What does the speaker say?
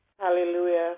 Hallelujah